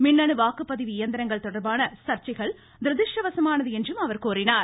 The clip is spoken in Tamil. மின்னு வாக்குப்பதிவு இயந்திரங்கள் தொடர்பான சர்ச்சைகள் துரதிஷ்டவசமானது என்றும் அவர் குறிப்பிட்டார்